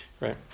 right